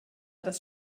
das